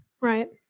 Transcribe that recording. Right